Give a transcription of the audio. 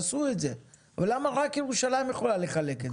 עשו את זה אבל למה רק ירושלים יכולה לחלק את זה?